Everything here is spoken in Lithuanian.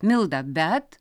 milda bet